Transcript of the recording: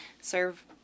serve